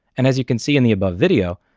and as you can see in the above video,